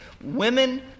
Women